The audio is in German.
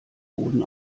boden